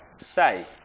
say